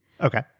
Okay